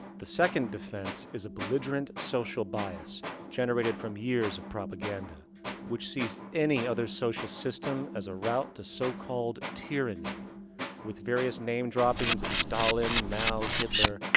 the second defense is a belligerent social bias generated from years of propaganda which sees any other social system as a route to so called tyranny with various name droppings of stalin, mao, hitler,